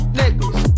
niggas